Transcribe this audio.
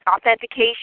authentication